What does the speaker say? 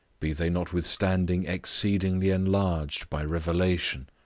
be they notwithstanding exceedingly enlarged by revelation.